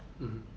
mmhmm